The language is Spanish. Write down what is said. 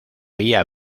vía